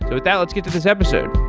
with that, let's get to this episodes